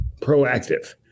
proactive